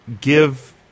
give